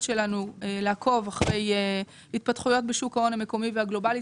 שלנו לעקוב אחרי התפתחויות בשוק ההון המקומי והגלובאלי.